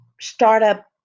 startup